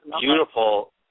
beautiful